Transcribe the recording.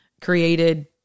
created